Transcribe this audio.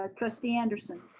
ah trustee anderson.